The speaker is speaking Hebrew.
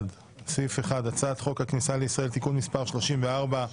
סעיף 1, הצעת חוק הכניסה לישראל (תיקון מס' 34),